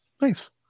Nice